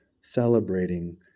celebrating